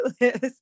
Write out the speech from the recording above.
list